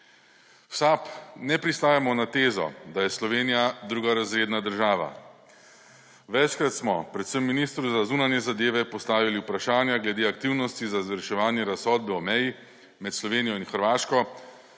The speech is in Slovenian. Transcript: V SAB ne pristajamo na tezo, da je Slovenija drugorazredna država. Večkrat smo predvsem ministru za zunanje zadeve postavili vprašanja glede aktivnosti za izvrševanje razsodbe o meji med Slovenijo in Hrvaško,